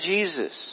Jesus